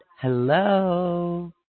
hello